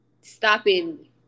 stopping